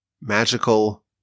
magical